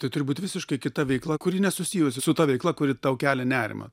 tai turi būt visiškai kita veikla kuri nesusijusi su ta veikla kuri tau kelia nerimą